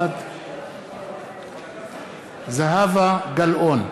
בעד זהבה גלאון,